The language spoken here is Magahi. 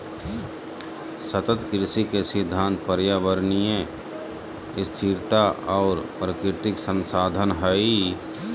सतत कृषि के सिद्धांत पर्यावरणीय स्थिरता और प्राकृतिक संसाधन हइ